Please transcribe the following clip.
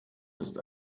ist